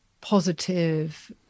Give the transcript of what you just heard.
positive